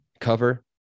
cover